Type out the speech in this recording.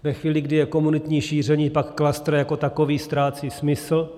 Ve chvíli, kdy je komunitní šíření, pak klastr jako takový ztrácí smysl.